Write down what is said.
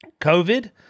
COVID